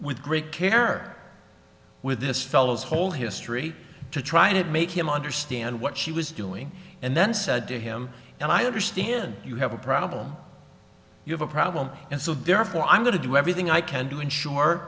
with great care with this fellow's whole history to try to make him understand what she was doing and then said to him and i understand you have a problem you have a problem and so therefore i'm going to do everything i can do ensure